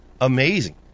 Amazing